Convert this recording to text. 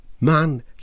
man